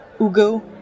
Ugo